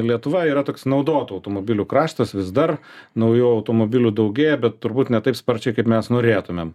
lietuva yra toks naudotų automobilių kraštas vis dar naujų automobilių daugėja bet turbūt ne taip sparčiai kaip mes norėtumėm